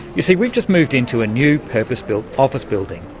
you see we've just moved into a new purpose-built office building,